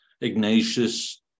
Ignatius